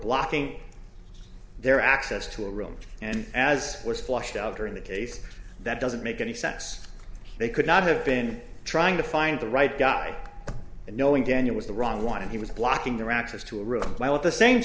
blocking their access to a room and as was flushed out during the case that doesn't make any sense they could not have been trying to find the right guy and knowing daniel was the wrong one and he was blocking the rakshas to a room at the same